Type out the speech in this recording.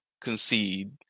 concede